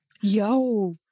yo